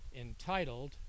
entitled